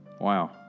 Wow